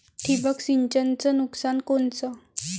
ठिबक सिंचनचं नुकसान कोनचं?